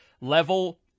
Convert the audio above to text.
level